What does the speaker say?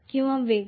किंवा वेग